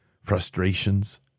frustrations